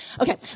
Okay